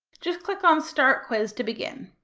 just click um start quiz to begin.